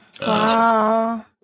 Wow